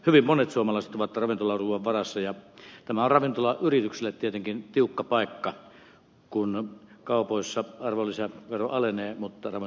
hyvin monet suomalaiset ovat ravintolaruuan varassa ja tämä on ravintolayrityksille tietenkin tiukka paikka kun kaupoissa arvonlisävero alenee mutta tämä